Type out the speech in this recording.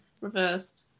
reversed